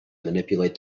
manipulate